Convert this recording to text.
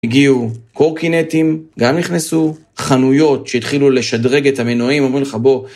הגיעו קורקינטים, גם נכנסו חנויות שהתחילו לשדרג את המנועים, אומרים לך, בוא,